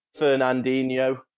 Fernandinho